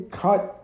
cut